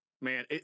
man